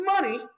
money